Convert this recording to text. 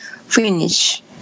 finish